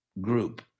group